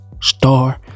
star